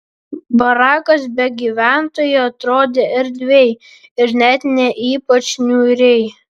barakas be gyventojų atrodė erdviai ir net ne ypač niūriai